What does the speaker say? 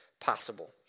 possible